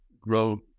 grow